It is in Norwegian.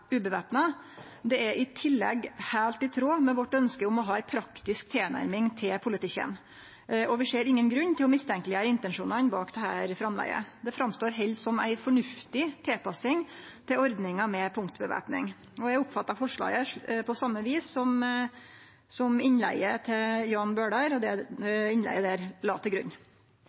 Det er i tillegg heilt i tråd med ønsket vårt om å ha ei praktisk tilnærming til politikken, og vi ser ingen grunn til å mistenkjeleggjere intensjonane bak dette framlegget. Det framstår heller som ei fornuftig tilpassing til ordninga med punktvæpning, og eg oppfattar forslaget på same vis som Jan Bøhler la til grunn i innlegget sitt. Eg vil understreke at regjeringa må følgje opp oppmodingsvedtaket til